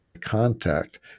Contact